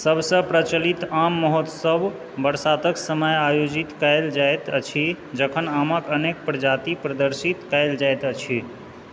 सभसँ प्रचलित आम महोत्सव बरसातक समय आयोजित कैल जैत अछि जखन आमक अनेक प्रजाति प्रदर्शित कैल जैत अछि